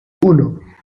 uno